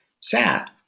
sat